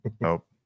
Nope